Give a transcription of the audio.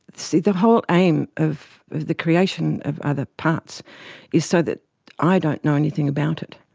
see, the whole aim of the creation of other parts is so that i don't know anything about it.